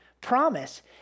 promise